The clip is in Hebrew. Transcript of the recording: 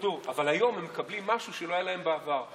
אני